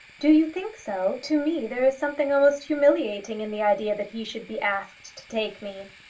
do you think so? to me there is something almost humiliating in the idea that he should be asked to take me.